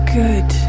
good